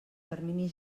termini